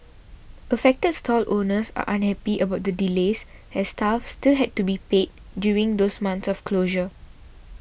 affected stall owners are unhappy about the delays as staff still had to be paid during those months of closure